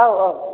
औ औ